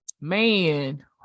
man